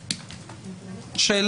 השיפוטיים.